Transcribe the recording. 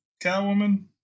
Catwoman